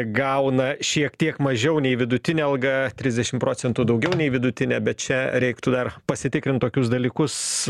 gauna šiek tiek mažiau nei vidutinę algą trisdešim procentų daugiau nei vidutinę bet čia reiktų dar pasitikrint tokius dalykus